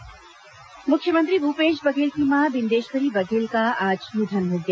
बिंदेश्वरी बघेल निधन मुख्यमंत्री भूपेश बघेल की मां बिंदेश्वरी बघेल का आज निधन हो गया